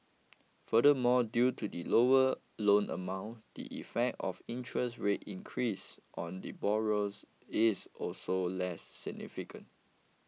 furthermore due to the lower loan amount the effect of interest rate increases on the borrowers is also less significant